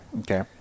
Okay